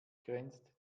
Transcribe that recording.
grenzt